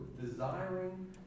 desiring